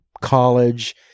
college